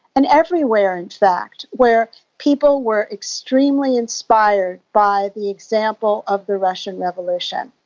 and everywhere in fact where people were extremely inspired by the example of the russian revolution.